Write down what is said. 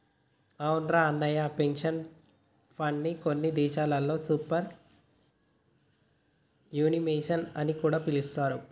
అవునురా అన్నయ్య పెన్షన్ ఫండ్ని కొన్ని దేశాల్లో సూపర్ యాన్యుమేషన్ అని కూడా పిలుస్తారు